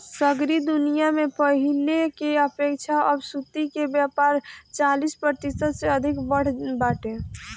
सगरी दुनिया में पहिले के अपेक्षा अब सुर्ती के व्यापार चालीस प्रतिशत से अधिका बढ़ल बाटे